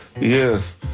Yes